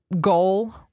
goal